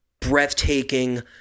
Breathtaking